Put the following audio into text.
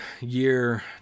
year